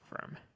firm